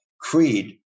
Creed